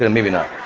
and maybe not.